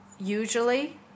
Usually